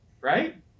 right